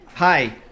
Hi